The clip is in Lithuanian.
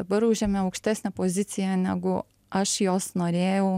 dabar užėmė aukštesnę poziciją negu aš jos norėjau